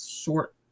short